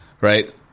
right